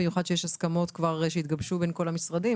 במיוחד שיש הסכמות שהתגבשו בין כל המשרדים.